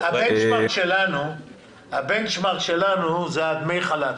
ה-benchmark שלנו זה דמי חל"ת.